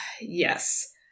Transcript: yes